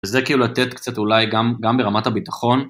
וזה כאילו לתת קצת אולי גם ברמת הביטחון.